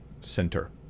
center